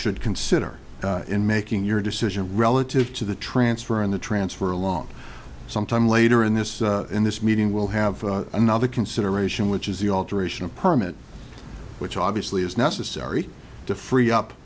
should consider in making your decision relative to the transfer and the transfer along sometime later in this in this meeting will have another consideration which is the alteration of permit which obviously is necessary to free up